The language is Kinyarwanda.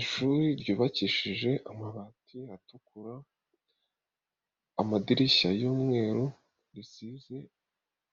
Ishuri ryuyubakishije amabati atukura, amadirishya y'umweru, risize